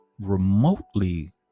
remotely